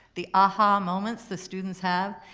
the ah-ha moments the students have,